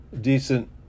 decent